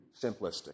simplistic